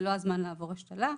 זה לא הזמן לעבור השתלה.